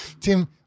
Tim